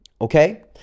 Okay